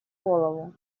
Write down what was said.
голову